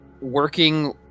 working